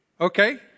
Okay